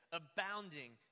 abounding